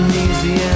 easy